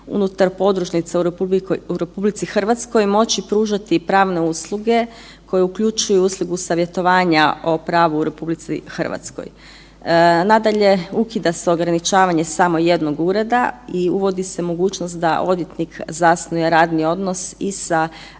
unutar podružnica u RH moći pružati pravne usluge koje uključuju uslugu savjetovanja o pravu u RH. Nadalje, ukida se ograničavanje samo jedno ureda i uvodi se mogućnost da odvjetnik zasnuje radni odnos i sa